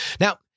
Now